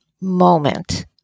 moment